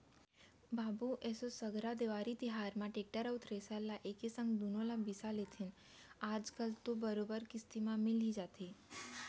बाबू एसो संघरा देवारी तिहार म टेक्टर अउ थेरेसर ल एके संग दुनो ल बिसा लेतेन आज कल तो बरोबर किस्ती म मिल ही जाथे